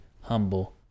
humble